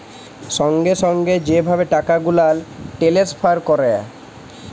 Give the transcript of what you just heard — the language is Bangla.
সঙ্গে সঙ্গে যে ভাবে টাকা গুলাল টেলেসফার ক্যরে